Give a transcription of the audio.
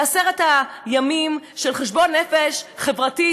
אלה עשרת הימים של חשבון נפש חברתי,